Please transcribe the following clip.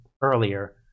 earlier